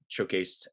showcased